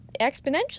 exponentially